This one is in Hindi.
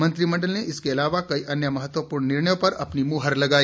मंत्रिमण्डल ने इसके अलावा कई अन्य महत्वपूर्ण निर्णयों पर भी मोहर लगाई